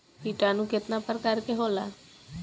किटानु केतना प्रकार के होला?